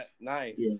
Nice